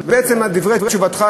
ובעצם על דברי תשובתך,